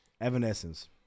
Evanescence